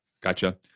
gotcha